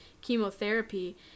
chemotherapy